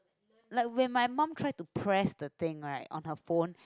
like when my mum try to press the things right on her phone